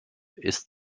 ist